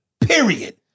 period